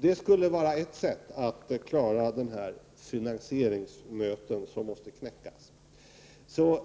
Det skulle vara ett sätt att klara av den finansieringsnöt som måste knäckas.